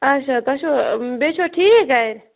اچھا تۄہہِ چھوا بیٚیہِ چھِوا ٹھیٖک گَرِ